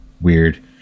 weird